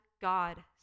God